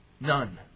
None